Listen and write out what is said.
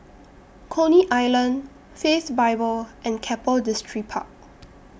Coney Island Faith Bible and Keppel Distripark